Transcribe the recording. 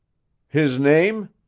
his name?